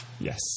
Yes